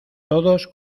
todos